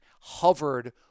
hovered